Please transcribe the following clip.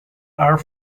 are